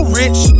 rich